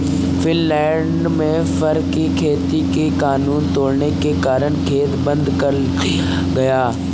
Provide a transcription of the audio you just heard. Finland में fur की खेती के कानून तोड़ने के कारण खेत बंद कर दिया गया